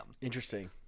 Interesting